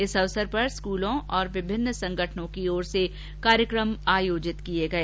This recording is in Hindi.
इस अवसर पर स्कूलों और विभिन्न संगठनों की ओर से कार्यक्रम आयोजित किये गए